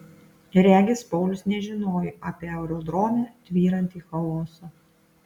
regis paulius nežinojo apie aerodrome tvyrantį chaosą